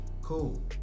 Cool